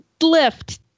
Lift